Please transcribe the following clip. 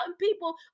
people